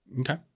Okay